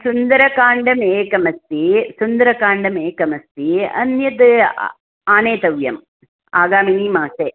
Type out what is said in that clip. सुन्दरकाण्डमेकमस्ति सुन्दरकाण्डमेकमस्ति अन्यद् आनेतव्यम् आगामिनी मासे